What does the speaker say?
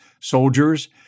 soldiers